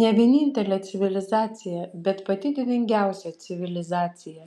ne vienintelė civilizacija bet pati didingiausia civilizacija